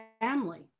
family